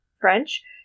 French